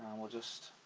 um we'll just